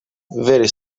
very